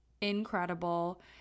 incredible